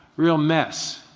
real mess.